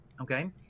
okay